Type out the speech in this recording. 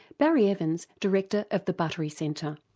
barry evans, director of the buttery centre.